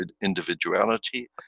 individuality